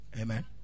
Amen